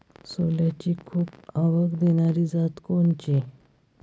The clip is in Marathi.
सोल्याची खूप आवक देनारी जात कोनची?